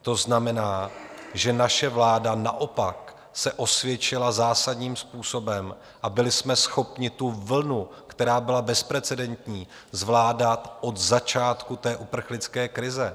To znamená, že naše vláda se naopak osvědčila zásadním způsobem, a byli jsme schopni tu vlnu, která byla bezprecedentní, zvládat od začátku uprchlické krize.